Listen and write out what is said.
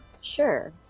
Sure